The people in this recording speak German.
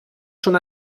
schon